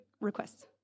requests